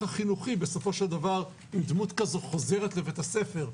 החינוכי אם דמות כזאת חוזרת לבית הספר,